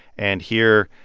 and here,